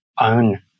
own